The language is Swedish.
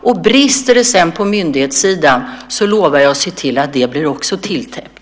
Om det sedan brister på myndighetssidan lovar jag se till att det blir tilltäppt.